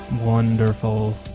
Wonderful